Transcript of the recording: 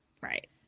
Right